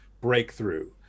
breakthrough